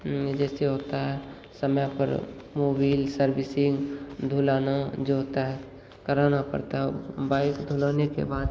में जैसे होता है समय पर मोबिल सर्विसिंग धुलाना जो होता है कराना पड़ता है बाइक धुलाने के बाद